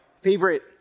favorite